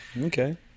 Okay